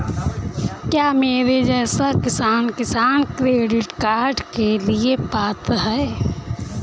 क्या मेरे जैसा किसान किसान क्रेडिट कार्ड के लिए पात्र है?